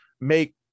make